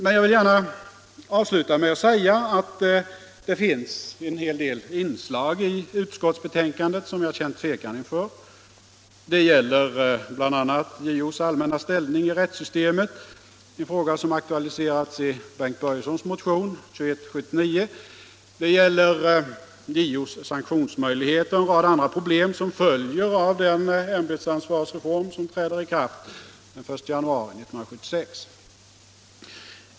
Men jag vill gärna avsluta med att säga att ( det finns en del inslag i utskottsbetänkandet som jag känner tvekan inför. Det gäller bl.a. JO:s allmänna ställning i rättssystemet, en fråga som aktualiseras i motionen 1975:2179 av Bengt Börjesson i Falköping. Det gäller JO:s sanktionsmöjligheter och en rad problem som följer av den ämbetsansvarsreform som träder i kraft den 1 januari 1976.